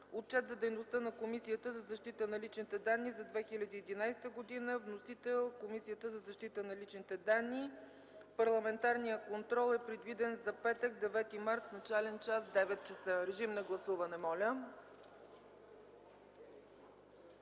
Отчет за дейността на Комисията за защита на личните данни за 2011 г. Вносител: Комисията за защита на личните данни. 11. Парламентарен контрол. Предвиден е за петък, 9 март, с начален час 9,00 ч. Режим на гласуване, моля.